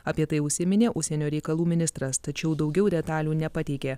apie tai užsiminė užsienio reikalų ministras tačiau daugiau detalių nepateikė